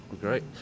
Great